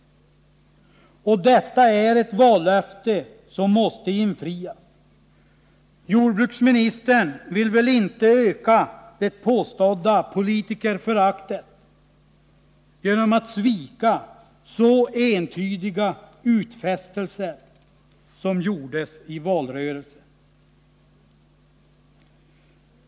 Och detta är ett vallöfte som måste infrias. Jordbruksministern vill väl inte öka det påstådda politikerföraktet genom att svika så entydiga utfästelser som gjordes i valrörelsen?